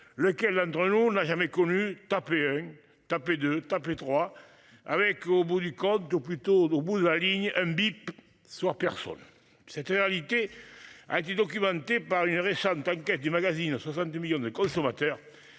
Lequel entre nous n'a jamais connu, tapez 1. Tapez 2 tapez 3 avec au bout du compte de plus tôt au bout de la ligne un bip soit personne. Cette réalité a dit documenté par une récente enquête du magazine 70 millions de consommateurs.